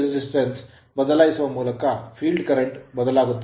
ಈ resistance ಪ್ರತಿರೋಧವನ್ನು ಬದಲಾಯಿಸುವ ಮೂಲಕ field current ಕ್ಷೇತ್ರ ಕರೆಂಟ್ ಬದಲಾಗುತ್ತದೆ